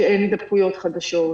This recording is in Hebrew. שאין הידבקויות חדשות,